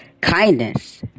Kindness